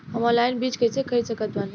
हम ऑनलाइन बीज कइसे खरीद सकत बानी?